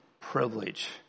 privilege